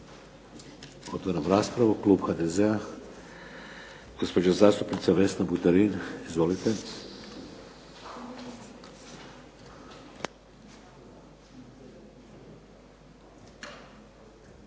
Otvaram raspravu. Klub HDZ-a, gospođa zastupnica Vesna Buterin. Izvolite.